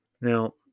Now